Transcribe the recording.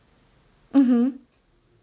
mmhmm